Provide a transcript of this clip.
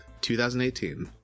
2018